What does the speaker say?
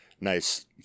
nice